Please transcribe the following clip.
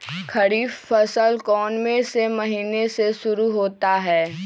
खरीफ फसल कौन में से महीने से शुरू होता है?